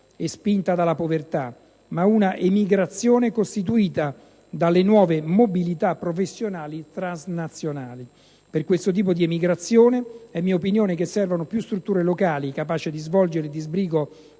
e spinta dalla povertà, ma una emigrazione costituita dalle nuove mobilità professionali transnazionali. Per questo tipo di emigrazione, è mia opinione che servano più strutture locali, capaci di svolgere il disbrigo